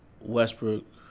Westbrook